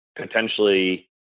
potentially